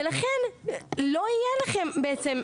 ולכן לא יהיה לכם בעצם,